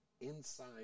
inside